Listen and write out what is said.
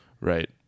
right